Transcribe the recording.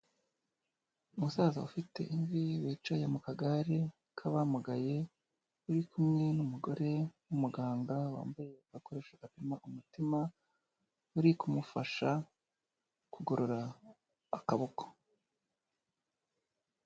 Umusaza ufite imvi, wicaye mu kagare k'abamugaye, uri kumwe n'umugore w'umuganga wambaye akoresho gapima umutima, uri kumufasha kugorora akaboko.